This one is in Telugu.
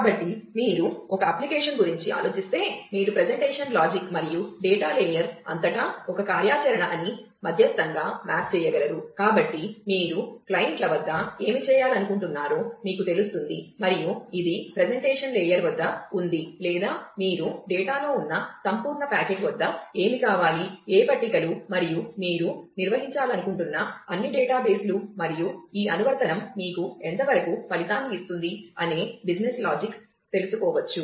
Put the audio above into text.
కాబట్టి మీరు ఒక అప్లికేషన్ గురించి ఆలోచిస్తే మీరు ప్రెజెంటేషన్ లాజిక్ వద్ద ఉంది లేదా మీరు డేటాలో ఉన్న సంపూర్ణ ప్యాకెట్ వద్ద ఏమి కావాలి ఏ పట్టికలు మరియు మీరు నిర్వహించాలనుకుంటున్న అన్ని డేటాబేస్లు మరియు ఈ అనువర్తనం మీకు ఎంత వరకు ఫలితాన్ని ఇస్తుంది అనే బిజినెస్ లాజిక్ తెలుసుకోవచ్చు